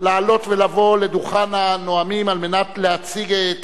לעלות ולבוא לדוכן הנואמים על מנת להציג את